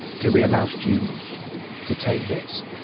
do we allow students to take this?